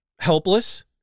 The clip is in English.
helpless